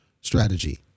strategy